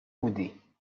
بودی